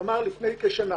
כלומר, לפני כשנה.